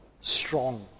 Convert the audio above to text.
strong